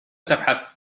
تبحث